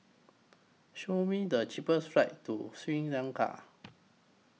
Show Me The cheapest flights to Sri Lanka